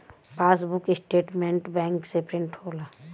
passbook statement bank से print होला